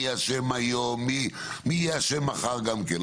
מי אשם היום מי יהיה אשר גם כן,